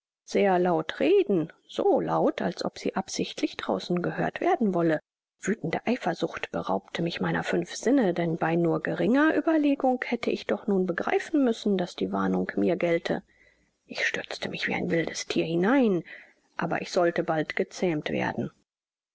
sehr laut reden so laut als ob sie absichtlich draußen gehört werden wolle wüthende eifersucht beraubte mich meiner fünf sinne denn bei nur geringer ueberlegung hätte ich doch nun begreifen müssen daß die warnung mir gelte ich stürzte mich wie ein wildes thier hinein aber ich sollte bald gezähmt werden